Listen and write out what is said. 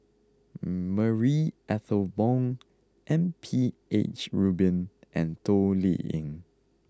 Marie Ethel Bong M P H Rubin and Toh Liying